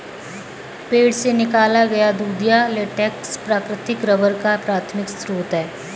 पेड़ से निकाला गया दूधिया लेटेक्स प्राकृतिक रबर का प्राथमिक स्रोत है